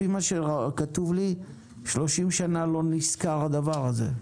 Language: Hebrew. לפי מה שכתוב לי, 30 שנה לא נסקר הדבר הזה.